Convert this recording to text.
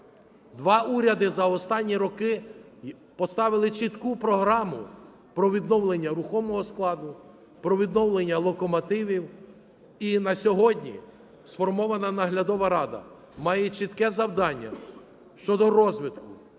Два уряди за останні роки поставили чітку програму про відновлення рухомого складу, про відновлення локомотивів. І на сьогодні сформована наглядова рада, має чітке завдання щодо розвитку